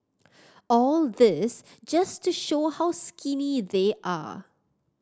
all this just to show how skinny they are